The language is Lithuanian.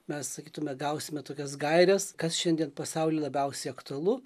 mes sakytume gausime tokias gaires kas šiandien pasauly labiausiai aktualu